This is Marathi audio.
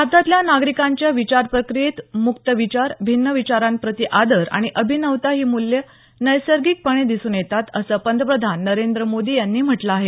भारतातल्या नागरिकांच्या विचार प्रक्रियेत मुक्त विचार भिन्न विचारांप्रती आदर आणि अभिनवता ही मूल्य नैसर्गिकपणे दिसून येतात असं पंतप्रधान नरेंद्र मोदी यांनी म्हटलं आहेत